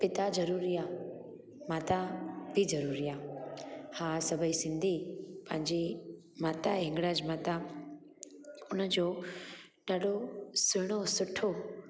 पिता ज़रूरी आहे माता बि ज़रूरी आहे हा सभेई सिंधी पंहिंजी माता हिंगलाज माता हुनजो ॾाढो सुहिणो सुठो